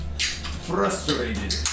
frustrated